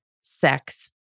sex